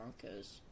Broncos